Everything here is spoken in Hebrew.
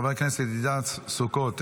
חבר הכנסת ידידיה סוכות,